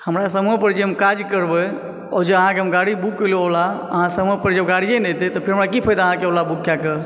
हमरा समय पर हम जे काज करबै ओ जे अहाँके हम गाड़ी बुक कएलहुॅं ओला अहाँ समय पर जे ओ गाड़ी नहि एतै तऽ फेर हमरा की फ़ायदा रहय अहाँके ओला बुक कए कऽ